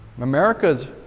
America's